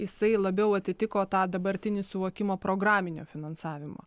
jisai labiau atitiko tą dabartinį suvokimą programinio finansavimo